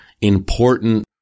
important